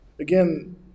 Again